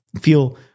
feel